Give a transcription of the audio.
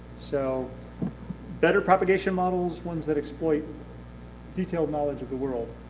so better propagation models, ones that exploit detailed knowledge of the world.